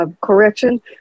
Correction